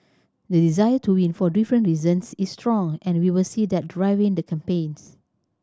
the desire to win for different reasons is strong and we will see that driving the campaigns